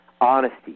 honesty